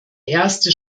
erste